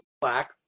black